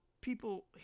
people